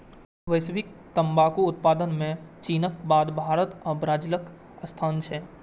वैश्विक तंबाकू उत्पादन मे चीनक बाद भारत आ ब्राजीलक स्थान छै